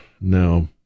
no